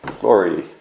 Glory